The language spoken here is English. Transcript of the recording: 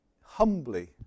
humbly